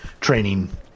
training